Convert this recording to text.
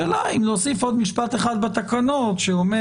השאלה אם להוסיף עוד משפט אחד בתקנות שאומר